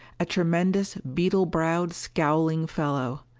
a tremendous, beetle-browed, scowling fellow.